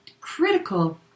Critical